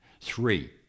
three